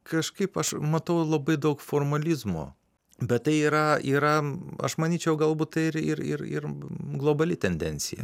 kažkaip aš matau labai daug formalizmo bet tai yra yra aš manyčiau galbūt tai ir ir ir globali tendencija